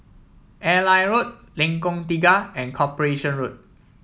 Airline Road Lengkong Tiga and Corporation Road